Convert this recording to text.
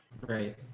right